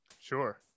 Sure